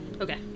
Okay